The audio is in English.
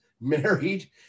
married